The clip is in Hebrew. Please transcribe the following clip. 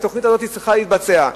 והיא צריכה להתבצע.